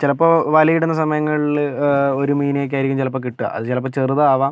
ചിലപ്പോൾ വലയിടുന്ന സമയങ്ങളിൽ ഒരു മീനൊക്കെയായിരിക്കും ചിലപ്പോൾ കിട്ടുക അത് ചിലപ്പോൾ ചെറുതാകാം